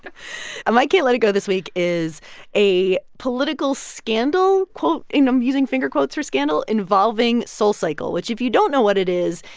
but my can't let it go this week is a political scandal, quote and i'm using finger quotes for scandal involving soulcycle, which if you don't know what it is,